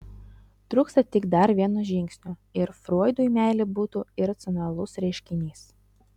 trūksta tik dar vieno žingsnio ir froidui meilė būtų iracionalus reiškinys